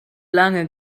lange